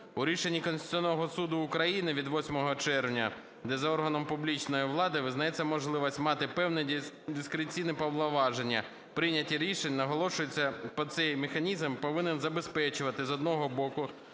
У рішенні Конституційного Суду України від 8 червня, де за органом публічної влади визнається можливість мати певні дискреційні повноваження в прийнятті рішень, наголошується, що цей механізм повинен забезпечувати, з одного боку,